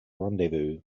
rendezvous